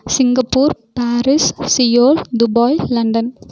Singapore Paris Seoul Dubai London